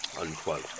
unquote